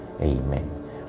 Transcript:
Amen